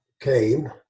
came